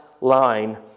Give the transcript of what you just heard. line